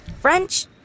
French